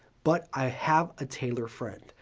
but i have a tailor friend,